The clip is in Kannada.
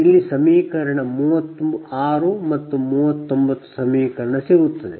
ಇಲ್ಲಿ 36 ಮತ್ತು 39 ಸಮೀಕರಣ ಸಿಗುತ್ತದೆ